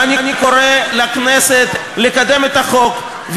ואני קורא לכנסת לקדם את החוק,